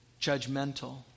judgmental